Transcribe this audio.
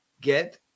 Get